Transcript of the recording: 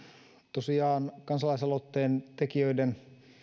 tosiaan kansalaisaloitteen tekijöiden